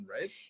right